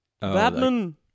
Batman